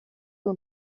och